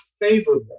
favorable